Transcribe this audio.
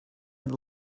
had